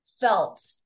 felt